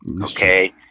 okay